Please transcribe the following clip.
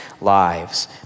lives